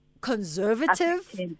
conservative